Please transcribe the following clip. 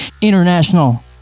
international